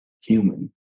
human